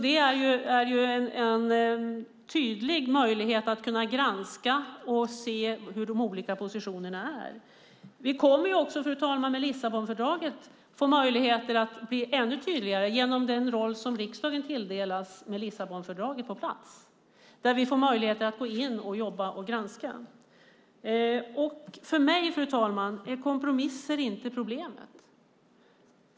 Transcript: Det är en tydlig möjlighet att kunna granska och se hur de olika positionerna är. Vi kommer också med Lissabonfördraget att få möjlighet att bli ännu tydligare med den roll som riksdagen tilldelas med Lissabonfördraget på plats. Vi får möjligheter att gå in och jobba och granska. För mig är kompromisser inte problemet.